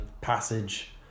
Passage